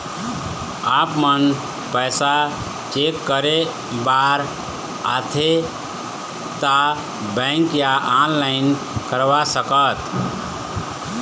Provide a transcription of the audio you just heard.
आपमन पैसा चेक करे बार आथे ता बैंक या ऑनलाइन करवा सकत?